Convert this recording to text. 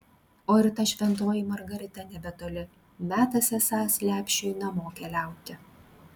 o ir ta šventoji margarita nebetoli metas esąs lepšiui namo keliauti